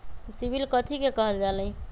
CIBIL कथि के काहल जा लई?